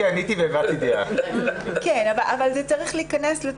בגדול, כן, אבל זה צריך להיכנס.